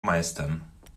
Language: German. meistern